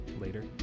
later